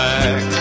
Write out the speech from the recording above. Back